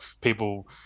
people